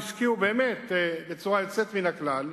השקיעו בצורה יוצאת מן הכלל,